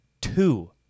Two